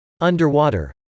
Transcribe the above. underwater